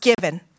given